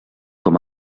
com